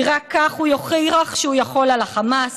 כי רק כך הוא יוכיח שהוא יכול על החמאס,